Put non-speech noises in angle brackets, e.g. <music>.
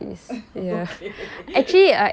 <laughs> okay <laughs>